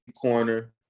corner